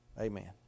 Amen